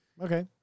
Okay